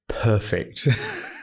Perfect